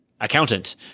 accountant